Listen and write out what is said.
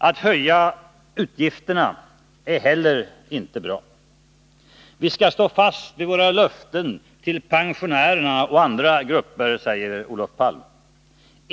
Att höja utgifterna är heller inte bra. Vi skall stå fast vid våra löften till pensionärer och andra grupper, säger Olof Palme.